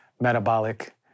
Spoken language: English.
metabolic